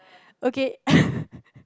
okay